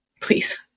please